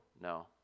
No